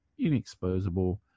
inexposable